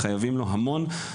חייבים לו המון,